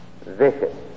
vicious